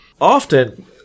often